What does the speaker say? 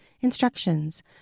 Instructions